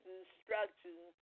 instructions